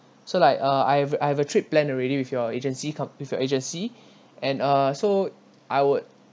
so like uh I have I have a trip planned already with your agency com~ with your agency and uh so I would